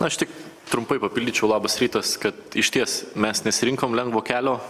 aš tik trumpai papildyčiau labas rytas ka išties mes nesirinkom lengvo kelio